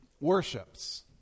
worships